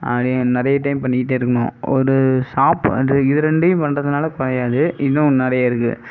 அது நிறைய டைம் பண்ணிகிட்டே இருக்கணும் ஒரு சாப்பிட் இது இது ரெண்டையும் பண்ணுறதுனால குறையாது இன்னும் நிறைய இருக்குது